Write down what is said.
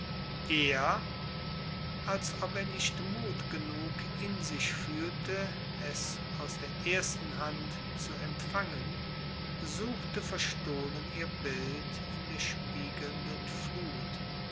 er als ob er nicht mut genug in sich fühlte es aus der ersten hand zu empfangen suchte verstohlen ihr bild in der spiegelnden flut